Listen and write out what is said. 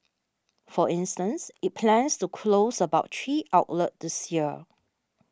for instance it plans to close about three outlets this year